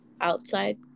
outside